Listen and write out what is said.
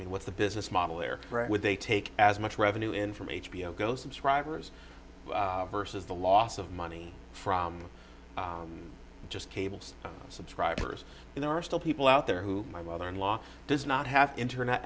mean what's the business model there would they take as much revenue in from h b o go subscribers versus the loss of money from just cables subscribers and there are still people out there who my mother in law does not have internet